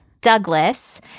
Douglas